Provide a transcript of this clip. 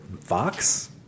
fox